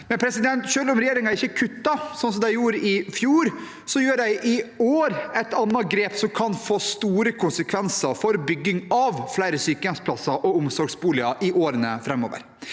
ikke kutter, slik den gjorde i fjor, gjør den i år et annet grep som kan få store konsekvenser for bygging av flere sykehjemsplasser og omsorgsboliger i årene framover.